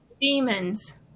Demons